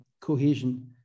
cohesion